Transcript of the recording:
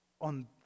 on